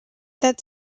that